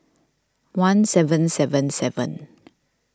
one seven seven seven